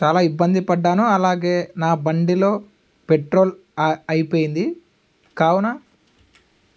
చాలా ఇబ్బంది పడ్డాను అలాగే నా బండిలో పెట్రోల్ అయిపోయింది కావున